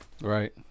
Right